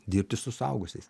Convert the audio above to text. dirbti su suaugusiais